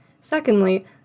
Secondly